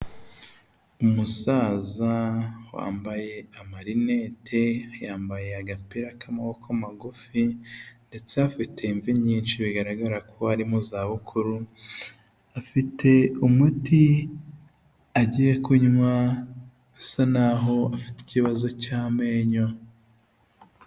Umusaza wambaye amarinete yambaye agapira k'amaboko magufi ndetse afitetembe nyinshi bigaragara ko ari mu zabukuru afite umuti agiye kunywa asa naho afite ikibazo cy'amenyo.